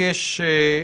שנאספים.